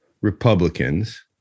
Republicans